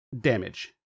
damage